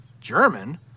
German